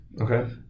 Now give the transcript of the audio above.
Okay